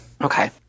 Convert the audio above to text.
Okay